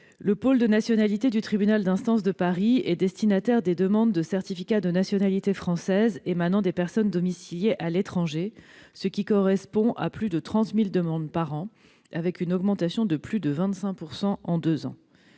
Le pôle de la nationalité du tribunal d'instance de Paris est destinataire des demandes de certificat de nationalité française émanant des personnes domiciliées à l'étranger, ce qui correspond à plus de 30 000 demandes par an ; en deux ans, ce nombre a augmenté